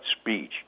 speech